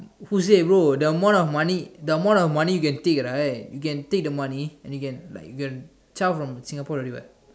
who said bro the amount of money the amount of money you can take right you can take the money and then you can like if you have a child from Singapore already [what]